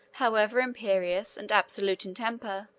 however imperious and absolute in temper,